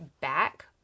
back